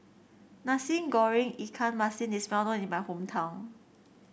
Nasi Goreng Ikan Masin is well known in my hometown